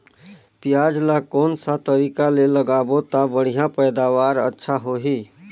पियाज ला कोन सा तरीका ले लगाबो ता बढ़िया पैदावार अच्छा होही?